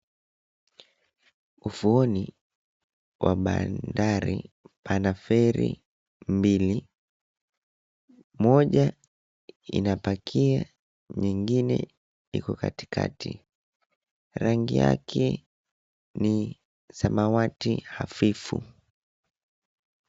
Ufuoni wa bandari pana feri mbili, moja inapakia nyingine iko katikati rangi yake ni samawati hafifu.